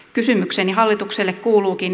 kysymykseni hallitukselle kuuluukin